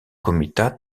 comitat